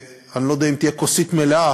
אני לא יודע אם תהיה כוסית מלאה,